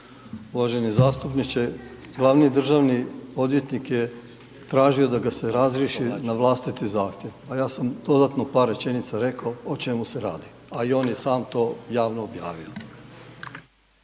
Uvaženi zastupniče, glavni državni odvjetnik je tražio da ga se razriješi na vlastiti zahtjev, a ja sam dodatno u par rečenica rekao o čemu se radi, a i on je sam to javno objavio.